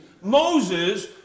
Moses